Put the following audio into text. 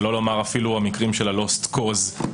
שלא לומר אפילו המקרים של ה-lost cause"",